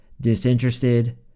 disinterested